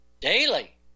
daily